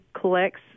collects